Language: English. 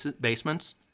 basements